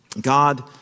God